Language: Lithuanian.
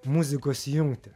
muzikos jungtį